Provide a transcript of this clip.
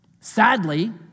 Sadly